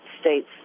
States